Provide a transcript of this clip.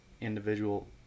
individual